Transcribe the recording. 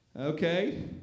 Okay